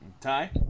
Ty